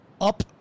up